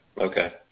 okay